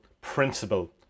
principle